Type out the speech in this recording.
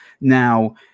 Now